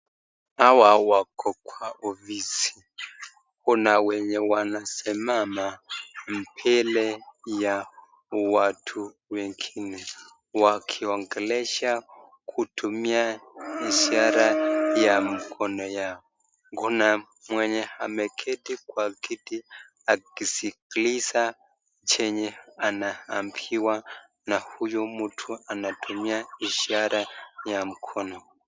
Hawa wako kwa ofisi. Kuna wenye wanasimama mbele ya watu wengine, wakiongelesha kutumia ishara ya mkono yao. Kuna mwenye ameketi kwa kiti akisikiliza chenye anaambiwa na huyo mtu anatumia ishara ya mkono.